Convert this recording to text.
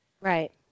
Right